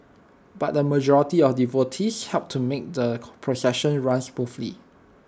but the majority of devotees helped to make the procession run smoothly